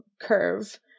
curve